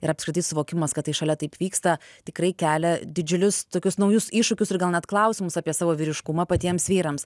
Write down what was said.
ir apskritai suvokimas kad tai šalia taip vyksta tikrai kelia didžiulius tokius naujus iššūkius ir gal net klausimus apie savo vyriškumą patiems vyrams